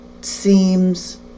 seems